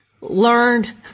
learned